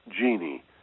genie